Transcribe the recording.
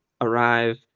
arrive